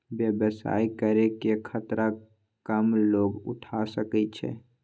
व्यवसाय करे के खतरा कम लोग उठा सकै छै